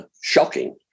shocking